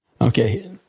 Okay